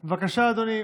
בבקשה, אדוני,